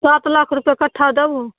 सात लाख रूपे कट्ठा देबहो